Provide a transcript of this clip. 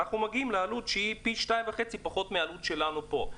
אנחנו מגיעים לעלות שהיא פי 2.5 פחות מהעלות שלנו פה.